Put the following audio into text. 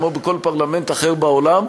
כמו בכל פרלמנט אחר בעולם,